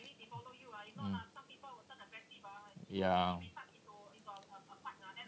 mm ya